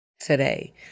today